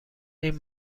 این